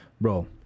bro